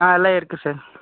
ஆ அதுலான் இருக்கு சார்